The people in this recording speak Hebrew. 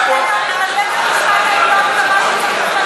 אבל בית-המשפט העליון קבע שצריך לפנות אותם.